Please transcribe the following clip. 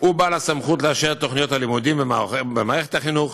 הוא בעל הסמכות לאשר את תוכניות הלימודים במערכת החינוך,